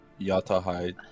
Yatahai